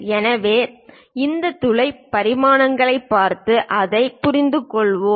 எனவே இந்த துளை பரிமாணங்களைப் பார்த்து அதைப் புரிந்துகொள்வோம்